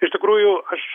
iš tikrųjų aš